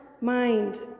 mind